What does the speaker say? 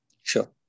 Sure